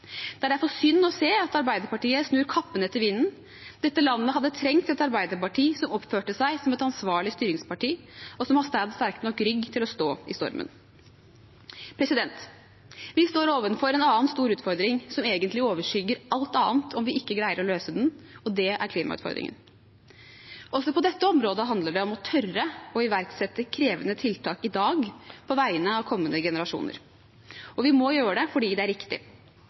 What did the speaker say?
Det er derfor synd å se at Arbeiderpartiet snur kappen etter vinden. Dette landet hadde trengt et Arbeiderparti som oppførte seg som et ansvarlig styringsparti, og som hadde sterk nok rygg til å stå i stormen. Vi står overfor en annen stor utfordring som egentlig overskygger alt annet om vi ikke greier å løse den, og det er klimautfordringen. Også på dette området handler det om å tørre å iverksette krevende tiltak i dag, på vegne av kommende generasjoner. Vi må gjøre det fordi det er riktig.